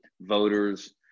voters